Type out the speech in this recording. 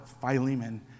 Philemon